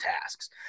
tasks